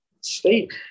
state